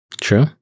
True